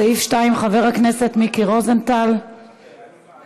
לסעיף 2, חבר הכנסת מיקי רוזנטל, בבקשה.